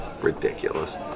ridiculous